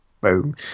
Boom